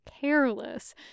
careless